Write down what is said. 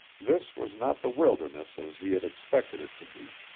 this was not the wilderness as he had expected it to be,